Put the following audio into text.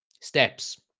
steps